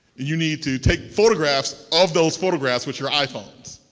you need to take photographs of those photographs with your iphones.